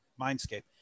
Mindscape